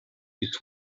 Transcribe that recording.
his